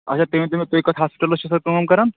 اچھا تُہۍ ؤنۍ تَو مےٚ تُہۍ کَتھ ہاسپِٹَلَس چھِو سَر کٲم کَران